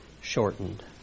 Shortened